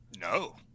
No